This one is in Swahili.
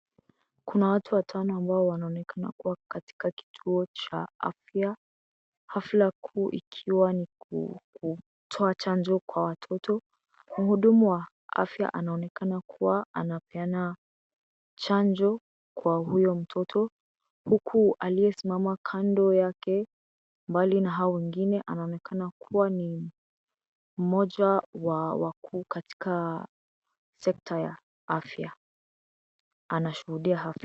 Kuna watu watano ambao wanaonekana kuwa katika kituo cha afya. Hafla kuu ikiwa ni kutoa chanjo kwa watoto. mhudumu wa afya anonekana kuwa anapeana chanjo kwa huyo mtoto, huku aliyesimama kando yake mbali na hao wengine anaonekana kuwa ni mmoja wa wakuu katika sekta ya afya. Anashuhudia afya.